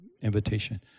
invitation